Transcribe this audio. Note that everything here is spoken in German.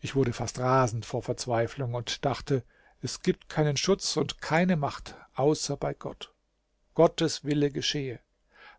ich wurde fast rasend vor verzweiflung und dachte es gibt keinen schutz und keine macht außer bei gott gottes wille geschehe